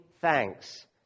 thanks